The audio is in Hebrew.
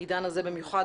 בעידן הזה במיוחד,